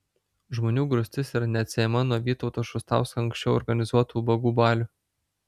žmonių grūstis yra neatsiejama nuo vytauto šustausko anksčiau organizuotų ubagų balių